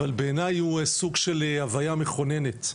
אבל בעיניי הוא סוג של הוויה מכוננת.